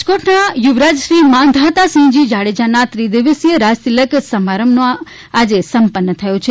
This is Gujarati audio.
રાજકોટના યુવરાજશ્રી માંધાતાસિંહજી જાડેજાના ત્રિદિવસીય રાજતિલક સમારંભ આજે સંપન્ન થયો છે